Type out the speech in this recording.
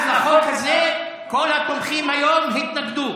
אז, לחוק הזה, כל התומכים היום התנגדו.